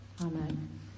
Amen